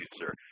sir